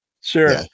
Sure